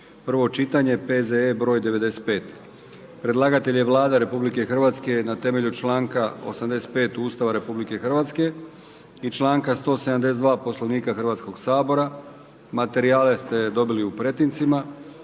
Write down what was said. prvo čitanje, P.Z.E. br. 87; Predlagatelj je Vlada Republike Hrvatske na temelju članka 85. Ustava RH i članka 172. Poslovnika Hrvatskoga sabora. Materijal je dostavljen u pretince.